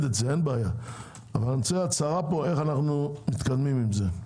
את זה אבל אני רוצה הצהרה פה איך אנו מתקדמים עם זה.